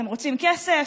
אתם רוצים כסף?